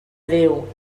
déu